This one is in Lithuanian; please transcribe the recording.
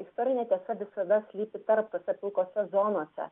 istorinė tiesa visada slypi tarp nustatytose zonose